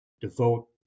devote